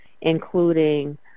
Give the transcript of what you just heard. including